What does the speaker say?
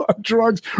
drugs